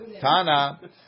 Tana